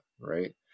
right